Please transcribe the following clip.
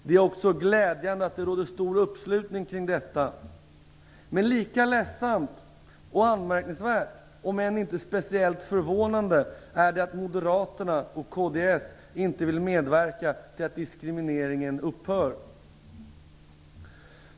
Det är också glädjande att det råder stor uppslutning kring detta, men lika ledsamt och anmärkningsvärt om än inte förvånande är det att Moderaterna och kds inte vill medverka till att diskrimineringen upphör.